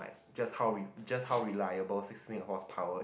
just how just how reliable six wing horsepower is